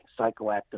psychoactive